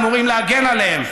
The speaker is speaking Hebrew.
אמורים להגן עליהם.